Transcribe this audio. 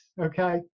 okay